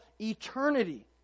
eternity